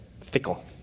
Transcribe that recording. fickle